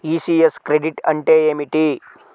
ECS credit అంటే ఏమిటి?